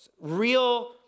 real